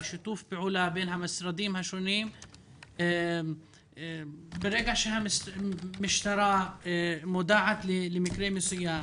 לשיתוף פעולה בין המשרדים השונים ברגע שהמשטרה מודעת למקרה מסוים.